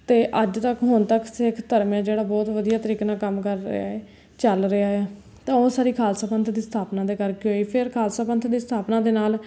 ਅਤੇ ਅੱਜ ਤੱਕ ਹੁਣ ਤੱਕ ਸਿੱਖ ਧਰਮ ਹੈ ਜਿਹੜਾ ਬਹੁਤ ਵਧੀਆ ਤਰੀਕੇ ਨਾਲ ਕੰਮ ਕਰ ਰਿਹਾ ਹੈ ਚਲ ਰਿਹਾ ਹੈ ਤਾਂ ਉਹ ਸਾਰੀ ਖਾਲਸਾ ਪੰਥ ਦੀ ਸਥਾਪਨਾ ਦੇ ਕਰਕੇ ਹੋਈ ਫੇਰ ਖਾਲਸਾ ਪੰਥ ਦੀ ਸਥਾਪਨਾ ਦੇ ਨਾਲ